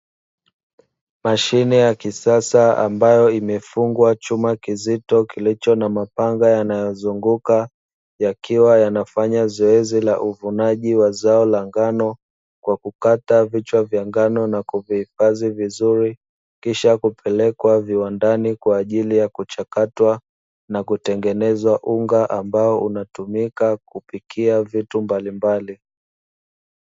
Mashine ya kisasa ambayo imefungwa chuma kizito kilicho na mapanga yanayozunguka yakiwa yanafanya zoezi la uvunaji wa zao la ngano kwa kukata vichwa vya ngano, na kuvihifadhi vizuri kisha kupelekwa viwandani kwa ajili ya kuchakatwa na kutengeneza unga ambao unatumika kupikia vitu mbalimbali.